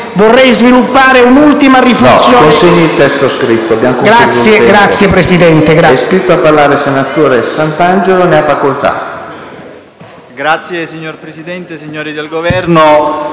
Vorrei sviluppare un'ultima riflessione,